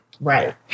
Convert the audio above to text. Right